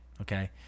okay